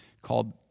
called